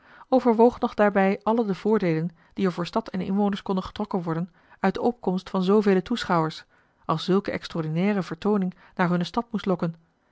overwoog nog daarbij alle de voordeelen die er voor stad en inwoners konden getrokken worden uit de opkomst van zoovele toeschouwers als zulke extraordinaire vertooning naar hunne stad moest lokken